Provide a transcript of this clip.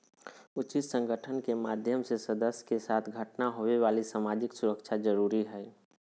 उचित संगठन के माध्यम से सदस्य के साथ घटना होवे वाली सामाजिक सुरक्षा जरुरी हइ